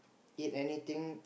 eat anything